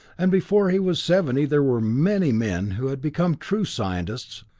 and before he was seventy there were many men who had become true scientists,